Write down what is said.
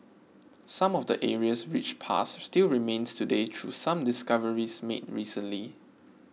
some of the area's rich past still remains today through some discoveries made recently